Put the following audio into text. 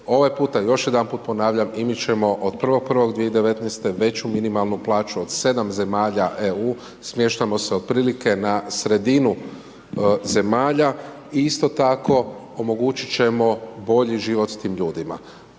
Ovaj puta, još jedanput ponavljam, i mi ćemo od 1.1.2019. veću minimalnu plaću od 7 zemalja EU, smještamo se otprilike na sredinu zemalja i isto tako omogućiti ćemo bolji život tim ljudima.